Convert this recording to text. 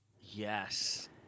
yes